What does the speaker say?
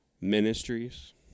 ministries